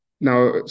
Now